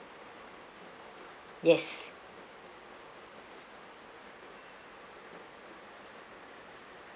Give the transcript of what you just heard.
yes